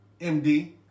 MD